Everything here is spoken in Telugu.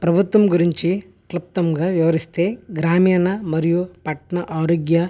ప్రభుత్వం గురించి క్లుప్తంగా వివరిస్తే గ్రామీణ మరియు పట్న ఆరోగ్య